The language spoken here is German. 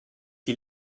die